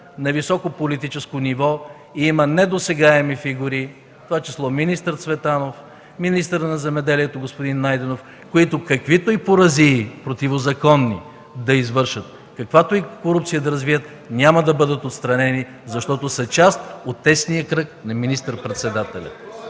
на високо политическо ниво, има недосегаеми фигури, в това число министър Цветанов, министъра на земеделието господин Найденов, които каквито и поразии противозаконни да извършат, каквато и корупция да развият, няма да бъдат отстранени, защото са част от тесния кръг на министър-председателя.